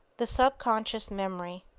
the subconscious memory